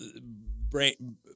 brain